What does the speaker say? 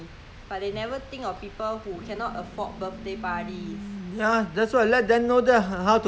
!huh! 所以我们所所讲的比上不足比下有余 lor 就是这样 lor